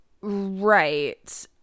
Right